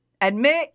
admit